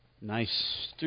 Nice